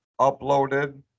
uploaded